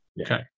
okay